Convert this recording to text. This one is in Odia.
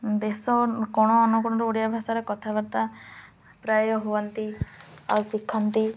ଦେଶ କୋଣ ଅନୁକୋଣରୁ ଓଡ଼ିଆ ଭାଷାରେ କଥାବାର୍ତ୍ତା ପ୍ରାୟ ହୁଅନ୍ତି ଆଉ ଶିଖନ୍ତି